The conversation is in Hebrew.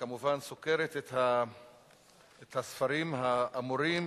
וכמובן סוקרת את הספרים האמורים